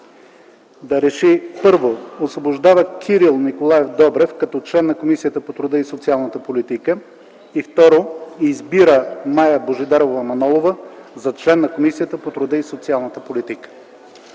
РЕШИ: 1. Освобождава Кирил Николаев Добрев като член на Комисията по труда и социалната политика. 2. Избира Мая Божидарова Манолова за член на Комисията по труда и социалната политика.”